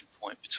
point